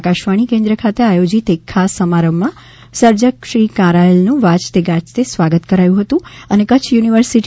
આકાશવાણી કેન્દ્ર ખાતે આયોજિત એક ખાસ સમારોહમાં સર્જક શ્રી કારાયલનું વાજતે ગાજતે સ્વાગત કરાયું હતું અને કચ્છ યુનિ